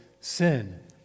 sin